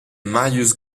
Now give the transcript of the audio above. marius